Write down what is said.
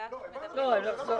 לא צריך לחזור.